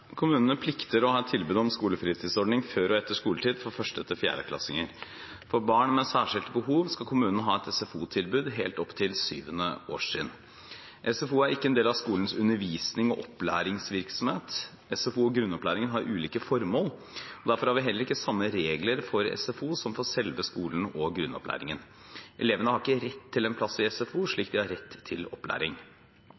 Kommunene plikter å ha et tilbud om skolefritidsordning før og etter skoletid for 1.–4.-klassinger. For barn med særskilte behov skal kommunen ha et SFO-tilbud helt opp til 7. årstrinn. SFO er ikke en del av skolens undervisning og opplæringsvirksomhet. SFO og grunnopplæringen har ulike formål. Derfor har vi heller ikke de samme reglene for SFO som for selve skolen og grunnopplæringen. Elevene har ikke en rett til plass i SFO,